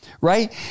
Right